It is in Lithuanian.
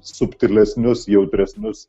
subtilesnius jautresnius